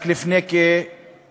רק לפני כשבוע,